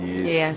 Yes